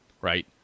Right